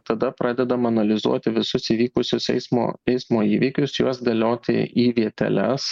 tada pradedam analizuoti visus įvykusius eismo eismo įvykius juos dėlioti į vieteles